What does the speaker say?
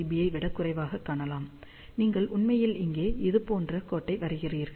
பியை விட குறைவாகக் காணலாம் நீங்கள் உண்மையில் இங்கே இது போன்ற கோட்டை வரைகிறீர்கள்